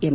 M